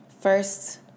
First